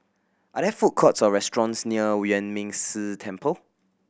are there food courts or restaurants near Yuan Ming Si Temple